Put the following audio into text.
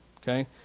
Okay